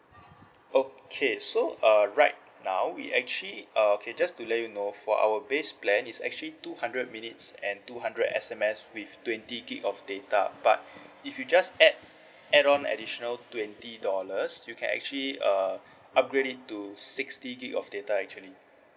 okay so uh right now we actually uh okay just to let you know for our base plan is actually two hundred minutes and two hundred S_M_S with twenty gig of data but if you just add add on additional twenty dollars you can actually err upgrade it to sixty gig of data actually